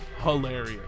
hilarious